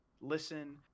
listen